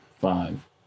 Five